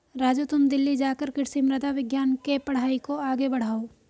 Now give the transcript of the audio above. राजू तुम दिल्ली जाकर कृषि मृदा विज्ञान के पढ़ाई को आगे बढ़ाओ